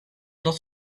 dat